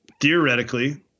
theoretically